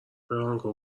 برانکو